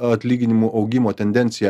atlyginimų augimo tendencija